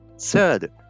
Third